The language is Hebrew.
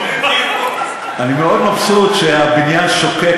אני מאוד מבסוט שהבניין שוקק,